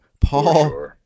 Paul